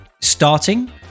starting